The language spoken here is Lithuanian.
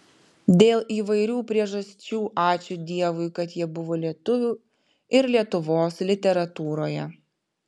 dėl įvairių priežasčių ačiū dievui kad jie buvo lietuvių ir lietuvos literatūroje